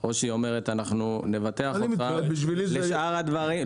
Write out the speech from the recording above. שלגבי 23 אתם לא תבטלו ביטוחים של אנשים,